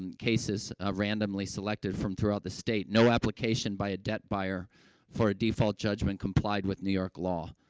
and cases, ah, randomly selected from throughout the state, no application by a debt buyer for a default judgment complied with new york law.